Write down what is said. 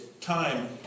time